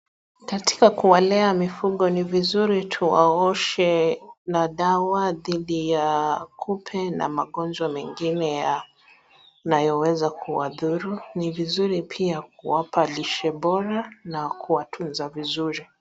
Katika kuwalea mifugo ni vizuri tuwaoshe na dawa dhidi ya kupe na magonjwa mengine yanayoweza kuwadhuru. Ni vizuri pia kuwapa lishe bora na kuwatuza vizuri.